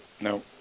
no